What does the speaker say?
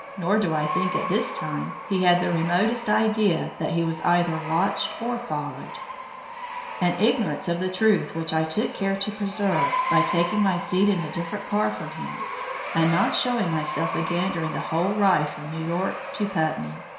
nor do i think at this time, he had the remotest idea that he was either watched or followed an ignorance of the truth which i took care to preserve by taking my seat in a different car from him and not showing myself again during the whole ride from new york to putney.